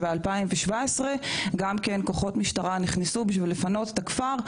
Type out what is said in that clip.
שב-2017 גם כן כוחות משטרה נכנסו בשביל לפנות את הכפר,